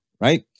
right